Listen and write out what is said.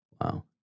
Wow